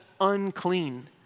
unclean